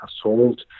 assault